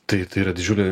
tai tai yra didžiulė